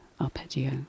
arpeggio